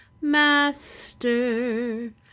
Master